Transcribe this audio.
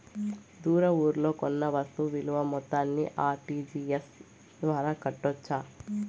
దూర ఊర్లలో కొన్న వస్తు విలువ మొత్తాన్ని ఆర్.టి.జి.ఎస్ ద్వారా కట్టొచ్చా?